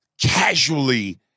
casually